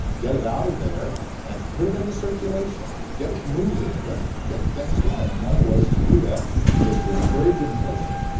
get it out of there and put it into circulation. get it moving, get get things going. and one of the ways to do that was to encourage inflation,